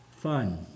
fun